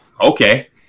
okay